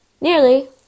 Nearly